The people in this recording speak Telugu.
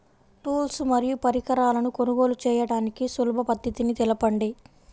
టూల్స్ మరియు పరికరాలను కొనుగోలు చేయడానికి సులభ పద్దతి తెలపండి?